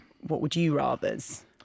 what-would-you-rathers